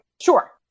sure